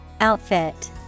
Outfit